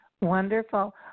Wonderful